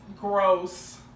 Gross